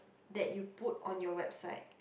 that you put on your website